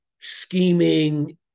scheming